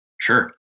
Sure